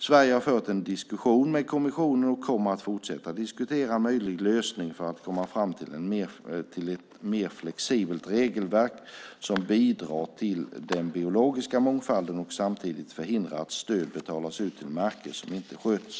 Sverige har fört en diskussion med kommissionen och kommer att fortsätta diskutera en möjlig lösning för att komma fram till ett mer flexibelt regelverk som bidrar till den biologiska mångfalden och samtidigt förhindrar att stöd betalas ut till marker som inte sköts.